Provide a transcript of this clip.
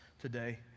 today